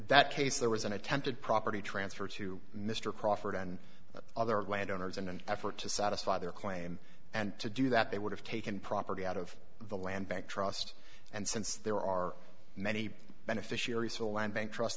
that case there was an attempted property transfer to mr crawford and other landowners in an effort to satisfy their claim and to do that they would have taken property out of the land back trust and since there are many beneficiar